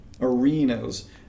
arenas